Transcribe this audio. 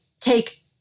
take